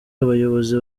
abayobozi